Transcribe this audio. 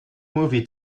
movie